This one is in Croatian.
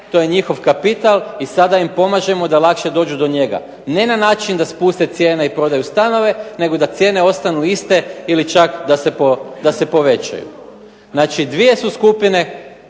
To je njihov kapital i sada im pomažemo da lakše dođu do njega ne na način da spuste cijene i prodaju stanove, nego da cijene ostaju iste ili čak da se povećaju. Znači, dvije su skupine